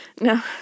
no